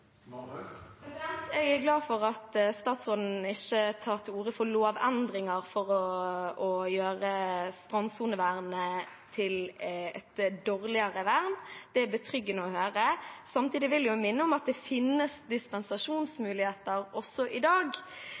Jeg er glad for at statsråden ikke tar til orde for lovendringer for å gjøre strandsonevernet dårligere. Det er betryggende å høre. Samtidig vil jeg minne om at det finnes dispensasjonsmuligheter også i dag.